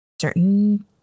certain